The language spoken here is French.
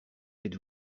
êtes